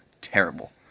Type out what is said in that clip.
terrible